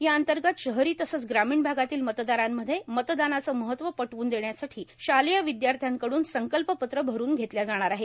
या अंतर्गत शहरी तसंच ग्रामीण भागातील मतदारांमध्ये मतदानाचे महत्वं पटवून देण्यासाठी शालेय विद्यार्थ्यांकडून संकल्प पत्र भरून घेतल्या जाणार आहे